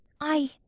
I